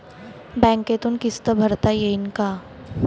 बँकेतून किस्त भरता येईन का?